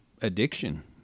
addiction